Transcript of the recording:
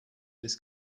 this